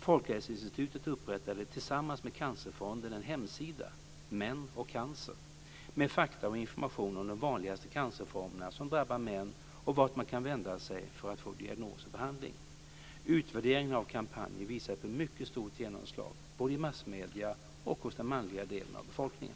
Folkhälsoinstitutet upprättade tillsammans med Cancerfonden en hemsida "Män och Cancer" med fakta och information om de vanligaste cancerformerna som drabbar män och vart man kan vända sig för att få diagnos och behandling. Utvärderingen av kampanjen visade på mycket stort genomslag, både i massmedier och hos den manliga delen av befolkningen.